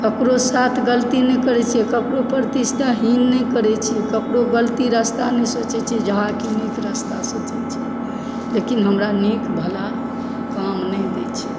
ककरो साथ गलती नहि करै छियै ककरो प्रति स्नेहहीन नहि करै छी ककरो गलती रास्ता नही सोचै छी जे हँ कि नीक रास्ता सोचै छी लेकिन हमरा नीक भला काम नहि दै छै